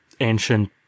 ancient